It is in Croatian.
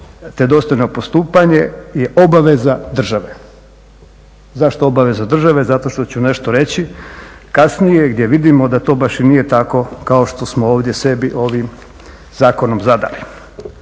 te dostojno postupanje je obaveza države. Zašto obaveza države? Zašto što ću nešto reći, kasnije gdje vidimo da to baš i nije tako kao što smo ovdje sebi ovim zakonom zadali.